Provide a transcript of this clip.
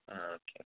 ആ ഓക്കെ